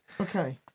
Okay